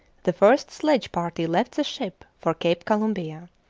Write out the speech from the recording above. the first sledge-party left the ship for cape columbia,